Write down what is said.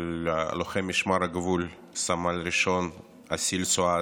לוחם משמר הגבול סמל ראשון אסיל סואעד,